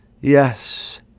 Yes